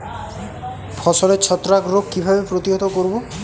ফসলের ছত্রাক রোগ কিভাবে প্রতিহত করব?